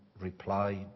replied